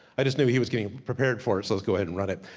i just knew he was getting prepared for it, so let's go ahead and run it.